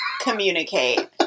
communicate